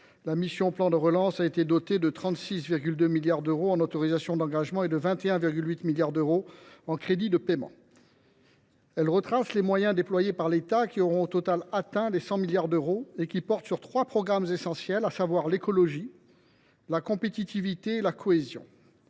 la mission « Plan de relance » a été dotée de 36,2 milliards d’euros en autorisations d’engagement et de 21,8 milliards d’euros en crédits de paiement. Elle rassemble les moyens déployés par l’État, qui auront au total atteint les 100 milliards d’euros, répartis dans trois programmes essentiels :« Écologie »,« Compétitivité » et « Cohésion